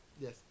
Yes